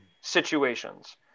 situations